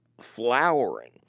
flowering